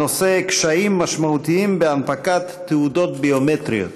הנושא: קשיים משמעותיים בהנפקת תעודות ביומטריות.